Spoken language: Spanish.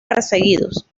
perseguidos